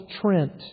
Trent